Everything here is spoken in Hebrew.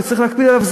וצריך להקפיד עליו.